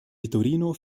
vitorino